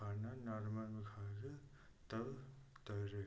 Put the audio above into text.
खाना नॉर्मल में खाइए तब तैरें